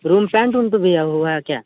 room front room तो दिया हुआ है क्या